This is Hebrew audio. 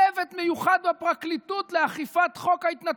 הקמתם צוות מיוחד בפרקליטות לאכיפת חוק ההתנתקות.